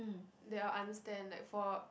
they will understand like for